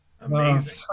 amazing